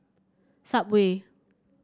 subway